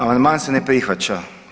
Amandman se ne prihvaća.